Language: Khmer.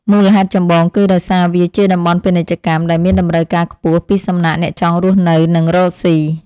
មូលហេតុចម្បងគឺដោយសារវាជាតំបន់ពាណិជ្ជកម្មដែលមានតម្រូវការខ្ពស់ពីសំណាក់អ្នកចង់រស់នៅនិងរកស៊ី។